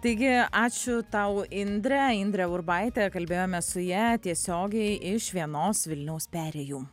taigi ačiū tau indre indrė urbaitė kalbėjome su ja tiesiogiai iš vienos vilniaus perėjų